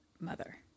mother